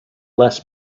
less